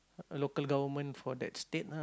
local government for that state ah